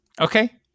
Okay